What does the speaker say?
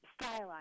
stylized